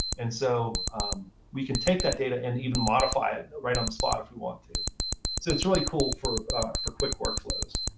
and so we can take that data and even modify it right on the spot if we want to. so it's it's really cool for for quick workflows.